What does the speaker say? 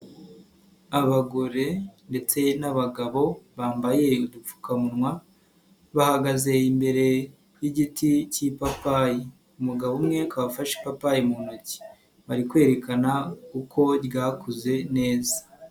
Abagore ndetse n'abagabo bambaye udupfukamunwa, bahagaze imbere yigiti cy'ipapayi umugabo umwe wafashe ipapayi mu ntoki, bari kwerekana uko ryakuze neza.